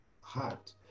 heart